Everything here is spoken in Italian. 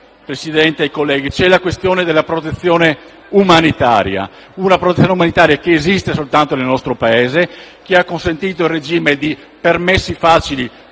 Presidente, colleghi, c'è la questione della protezione umanitaria, che esiste soltanto nel nostro Paese e che ha consentito il regime di permessi facili